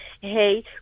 hey